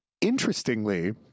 interestingly